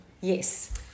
Yes